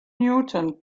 newton